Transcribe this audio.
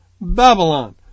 Babylon